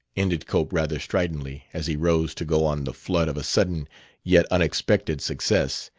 ended cope rather stridently, as he rose to go on the flood of a sudden yet unexpected success,